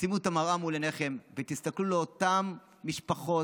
תשימו את המראה מול עיניכם ותסתכלו לאותן משפחות,